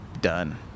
done